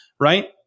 Right